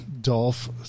Dolph